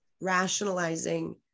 rationalizing